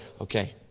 okay